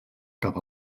cap